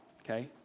okay